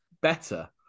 better